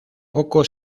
poco